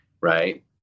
right